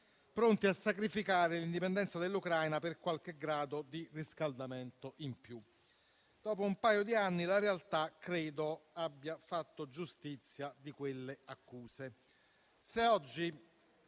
pronti a sacrificare l'indipendenza dell'Ucraina per qualche grado di riscaldamento in più. Dopo un paio d'anni credo che la realtà abbia fatto giustizia di quelle accuse.